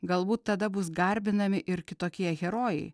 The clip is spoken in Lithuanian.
galbūt tada bus garbinami ir kitokie herojai